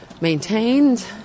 maintained